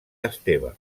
esteve